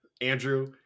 Andrew